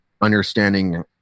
understanding